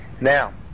now